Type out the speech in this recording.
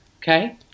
Okay